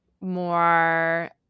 more